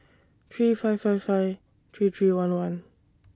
three five five five three three one one